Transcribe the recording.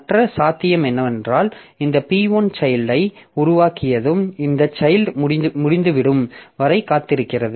மற்ற சாத்தியம் என்னவென்றால் இந்த P1 சைல்ட்யை உருவாக்கியதும் இந்த சைல்ட் முடிந்துவிடும் வரை காத்திருக்கிறது